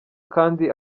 kandi